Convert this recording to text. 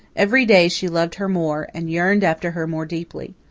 every day she loved her more, and yearned after her more deeply.